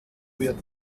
wird